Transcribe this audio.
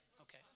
Okay